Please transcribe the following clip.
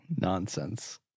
Nonsense